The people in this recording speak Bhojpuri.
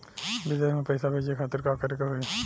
विदेश मे पैसा भेजे खातिर का करे के होयी?